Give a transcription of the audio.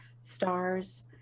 stars